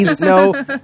No